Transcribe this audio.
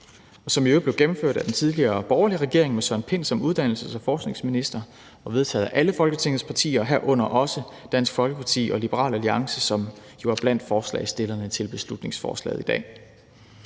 som i øvrigt blev gennemført af den tidligere borgerlige regering med Søren Pind som uddannelses- og forskningsminister og vedtaget af alle Folketingets partier, herunder også Dansk Folkeparti og Liberal Alliance, som jo er blandt forslagsstillerne til beslutningsforslaget i dag.